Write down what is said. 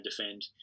defend